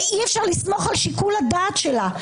אי-אפשר לסמוך על שיקול הדעת שלה.